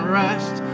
rest